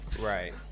Right